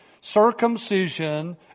circumcision